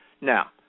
Now